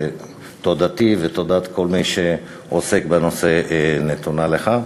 תודתי ותודת כל מי שעוסק בנושא נתונה לך.